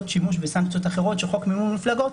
שימוש בסנקציות אחרות של חוק מימון מפלגות,